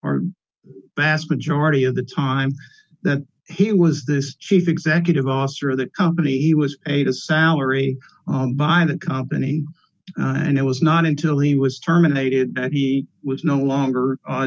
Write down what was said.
r r bass majority of the time that he was this chief executive officer of that company he was eight a salary by the company and it was not until he was terminated that he was no longer